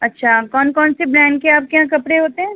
اچھا کون کون سے بریانڈ کے آپ کے یہاں کپڑے ہوتے ہیں